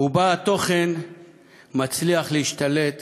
ובה התוכן מצליח להשתלט